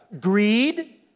Greed